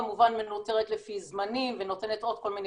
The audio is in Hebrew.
כמובן מנוטרת לפי זמנים ונותנת עוד כל מיני